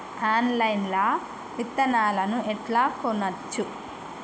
Online లా విత్తనాలను ఎట్లా కొనచ్చు?